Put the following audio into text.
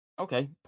Okay